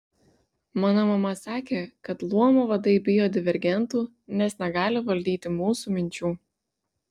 mano mama sakė kad luomų vadai bijo divergentų nes negali valdyti mūsų minčių